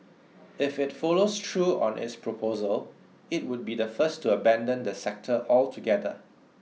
if it follows through on its proposal it would be the first to abandon the sector altogether